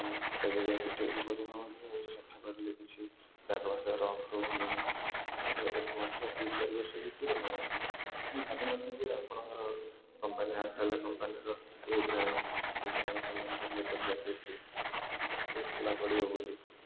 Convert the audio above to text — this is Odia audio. ଲେଦର୍ ଜ୍ୟାକେଟ୍ଟି ଏବେ ପର୍ଯ୍ୟନ୍ତ ମଧ୍ୟ ସଫା କରିଲେ କିଛି ଦାଗ ରହୁନି ଏବ ମଧ୍ୟ ଦି ଚାରି ବର୍ଷ ବିତିଗଲାଣି ମୁଁ ଭାବିନଥିଲି ଯେ ଆପଣଙ୍କ କମ୍ପାନୀ ଅପରିଲିଆ କମ୍ପାନୀର ଏହି ବ୍ରାଣ୍ଡ୍ ଏହି ବ୍ରାଣ୍ଡ୍ କମ୍ପାନୀର ଲେଦର୍ ଜ୍ୟାକେଟ୍ଟି ଏତେ ଭଲ ପଡ଼ିବ ବୋଲି